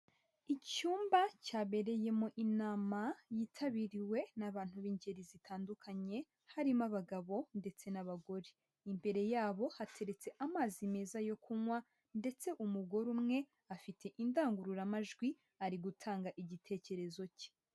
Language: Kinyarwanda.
Icyumba cyabereyemo inama yitabiriwe n'abantu b'ingeri zitandukanye, harimo abagabo ndetse n'abagore. Imbere yabo hateretse amazi meza yo kunywa ndetse umugore umwe afite indangururamajwi ari gutanga igitekerezo ke.